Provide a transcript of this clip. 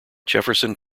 jefferson